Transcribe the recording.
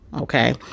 okay